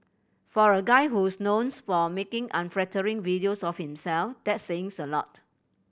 for a guy who's knowns for making unflattering videos of himself that's saying a lot